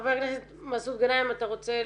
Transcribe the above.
חבר הכנסת מסעוד גנאים אתה רוצה להתייחס,